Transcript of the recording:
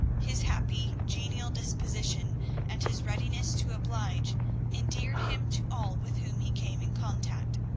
his happy genial disposition and his readiness to oblige endeared him to all with whom he came in contact.